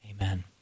amen